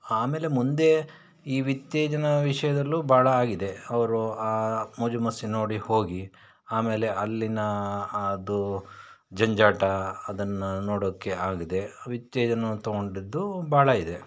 ಆಮೇಲೆ ಮುಂದೆ ಈ ವಿಚ್ಛೇದನ ವಿಷಯದಲ್ಲೂ ಭಾಳ ಆಗಿದೆ ಅವರು ಆ ಮೋಜು ಮಸ್ತಿನ್ನ ನೋಡಿ ಹೋಗಿ ಆಮೇಲೆ ಅಲ್ಲಿನ ಅದು ಜಂಜಾಟ ಅದನ್ನು ನೋಡೋಕ್ಕೆ ಆಗದೆ ವಿಚ್ಛೇದನವನ್ನ ತೊಗೊಂಡಿದ್ದೂ ಭಾಳ ಇದೆ